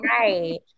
Right